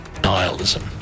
Nihilism